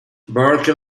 burke